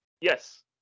Yes